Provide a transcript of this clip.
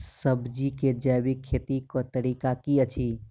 सब्जी केँ जैविक खेती कऽ तरीका की अछि?